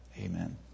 Amen